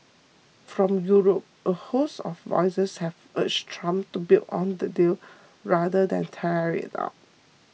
from Europe a host of voices have urged Trump to build on the deal rather than tear it up